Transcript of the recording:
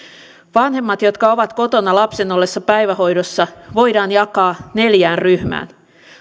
vanhemmat jotka ovat kotona lapsen ollessa päivähoidossa voidaan jakaa neljään ryhmään